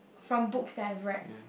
from books that I've read